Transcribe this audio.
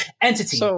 entity